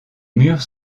murs